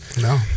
no